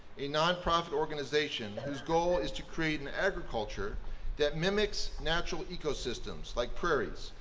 a nonprofit organization whose goal is to create an agriculture that mimics natural ecosystems like prairies,